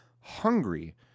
hungry